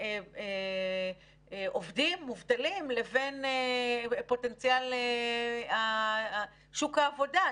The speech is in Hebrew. עובדים מובטלים לבין פוטנציאל שוק העבודה.